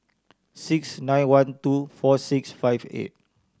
six nine one two four six five eight